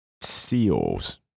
seals